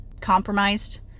compromised